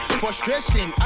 frustration